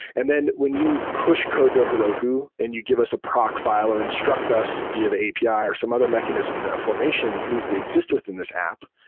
and then when you push code to heroku and you give us a proc fi le or instruct us via the api or some other mechanism the formation needs to exist within this app,